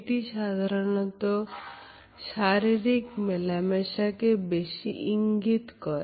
এটি সাধারনত শারীরিক মেলামেশা কে বেশি ইঙ্গিত করে